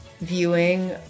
viewing